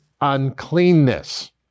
uncleanness